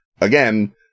again